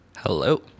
hello